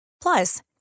Plus